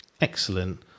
excellent